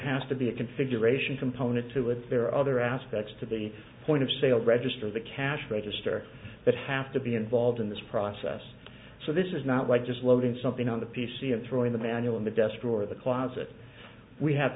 has to be a configuration component to it there are other aspects to the point of sale register the cash register that have to be involved in this process so this is not like just loading something on the p c and throwing the manual in the desk or the closet we have